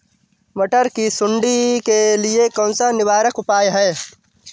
मटर की सुंडी के लिए कौन सा निवारक उपाय है?